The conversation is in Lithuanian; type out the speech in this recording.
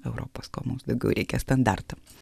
europos ko mums daugiau reikia standartam